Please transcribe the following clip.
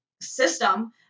system